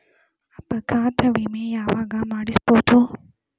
ಅಪಘಾತ ವಿಮೆ ಯಾವಗ ಮಾಡಿಸ್ಬೊದು?